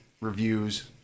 Reviews